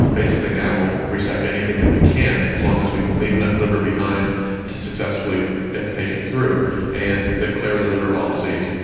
basically now we'll resect anything that we can as long as we can leave enough liver behind to successfully get the patient through and clear the liver of all disease.